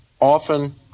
often